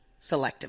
selectively